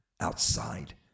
outside